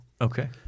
Okay